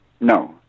No